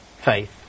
faith